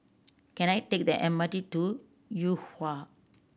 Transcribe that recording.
can I take the M R T to Yuhua